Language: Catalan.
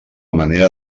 manera